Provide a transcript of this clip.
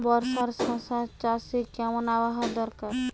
বর্ষার শশা চাষে কেমন আবহাওয়া দরকার?